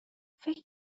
فکر